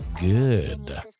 good